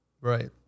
Right